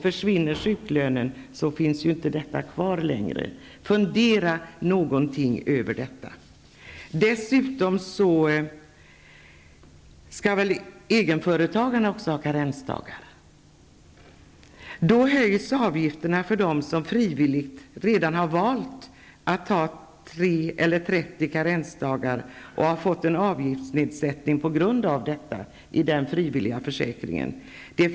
Försvinner sjuklönen, finns inte detta kvar. Fundera något över detta! Egenföretagarna skall också ha karensdagar. Då höjs avgifterna för dem som redan frivilligt har valt om de skall ha 3 eller 30 karensdagar och har fått en avgiftsnedsättning i den frivilliga försäkringen på grund av detta.